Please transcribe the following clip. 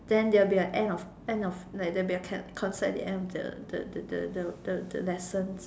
then there will be a end of end of like there'll be a cab Concert and the end of the the the the the lessons